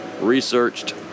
Researched